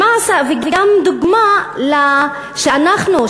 וגם דוגמה שאנחנו,